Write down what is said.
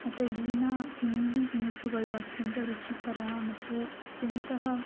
ಮತ್ತು ಇಲ್ಲಿನ ತಿಂಡಿ ತಿನಿಸುಗಳು ಅತ್ಯಂತ ರುಚಿಕರ ಮತ್ತು ಅತ್ಯಂತ